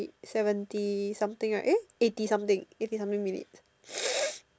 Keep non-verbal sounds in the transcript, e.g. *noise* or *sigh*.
seventy something right eh eighty something eighty something minute *noise*